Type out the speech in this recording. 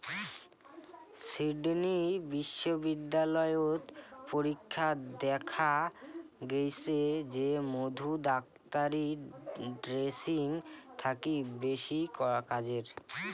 Sydney বিশ্ববিদ্যালয়ত পরীক্ষাত দ্যাখ্যা গেইচে যে মধু ডাক্তারী ড্রেসিং থাকি বেশি কাজের